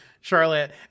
Charlotte